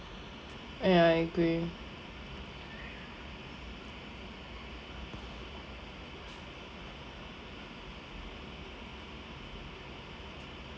ya I agree